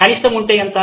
కనిష్టము ఉంటే ఎంత